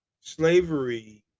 Slavery